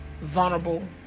vulnerable